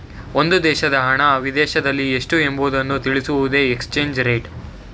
ಒಂದು ದೇಶದ ಹಣ ವಿದೇಶದಲ್ಲಿ ಎಷ್ಟು ಎಂಬುವುದನ್ನು ತಿಳಿಸುವುದೇ ಎಕ್ಸ್ಚೇಂಜ್ ರೇಟ್